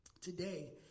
today